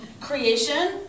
creation